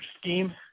scheme